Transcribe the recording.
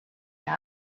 seen